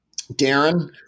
Darren